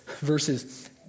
verses